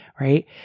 right